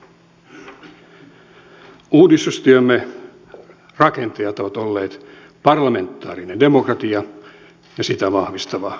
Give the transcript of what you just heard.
uudistustyömme rakentajat ovat olleet parlamentaarinen demokratia ja sitä vahvistava sopimusyhteiskunta